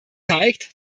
zeigt